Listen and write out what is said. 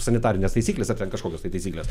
sanitarinės taisyklės ar ten kažkokios tai taisykles